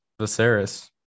viserys